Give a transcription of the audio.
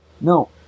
No